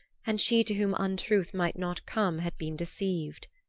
and she to whom untruth might not come had been deceived.